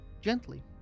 gently